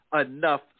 enough